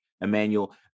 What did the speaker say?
Emmanuel